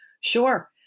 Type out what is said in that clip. Sure